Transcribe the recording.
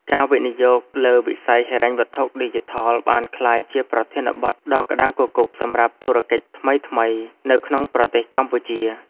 ការវិនិយោគលើវិស័យហិរញ្ញវត្ថុឌីជីថលបានក្លាយជាប្រធានបទដ៏ក្តៅគគុកសម្រាប់ធុរកិច្ចថ្មីៗនៅក្នុងប្រទេសកម្ពុជា។